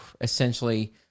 essentially